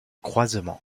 croisements